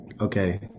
okay